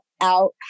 out